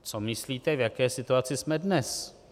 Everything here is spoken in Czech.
Co myslíte, v jaké situaci jsme dnes?